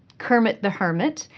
kermit the hermit,